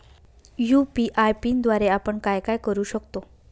UPI पिनद्वारे आपण काय काय करु शकतो?